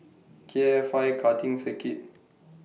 K F I Karting Circuit